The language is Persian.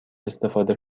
استفاده